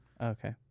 Okay